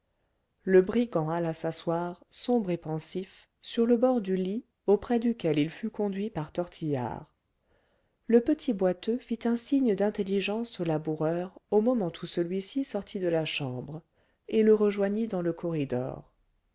le brigand alla s'asseoir sombre et pensif sur le bord du lit auprès duquel il fut conduit par tortillard le petit boiteux fit un signe d'intelligence au laboureur au moment où celui-ci sortit de la chambre et le rejoignit dans le corridor